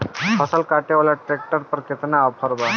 फसल काटे वाला ट्रैक्टर पर केतना ऑफर बा?